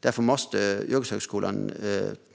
Därför måste yrkeshögskolan,